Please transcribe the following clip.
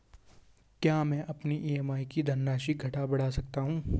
क्या मैं अपनी ई.एम.आई की धनराशि घटा बढ़ा सकता हूँ?